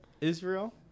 Israel